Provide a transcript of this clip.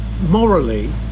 morally